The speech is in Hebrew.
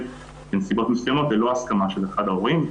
בנסיבות מסוימות ללא הסכמה של אחד ההורים.